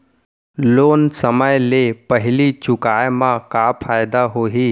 Loan समय ले पहिली चुकाए मा का फायदा होही?